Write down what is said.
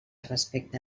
respecte